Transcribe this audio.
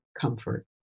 comfort